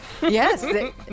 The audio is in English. Yes